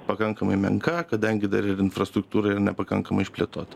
pakankamai menka kadangi dar ir infrastruktūra yra nepakankamai išplėtota